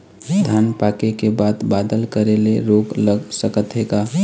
धान पाके के बाद बादल करे ले रोग लग सकथे का?